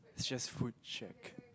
just food check